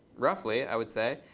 roughly, i would say.